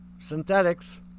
synthetics